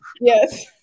Yes